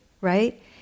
right